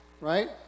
right